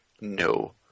No